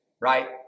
right